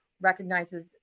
recognizes